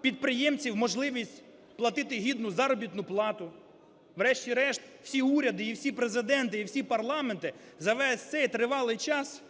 підприємців можливість платити гідну заробітну плату. Врешті-решт, всі уряди і всі президенти, і всі парламенти за весь цей тривалий час